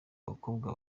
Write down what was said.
bakobwa